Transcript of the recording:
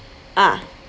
ah